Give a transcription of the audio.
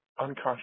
unconscious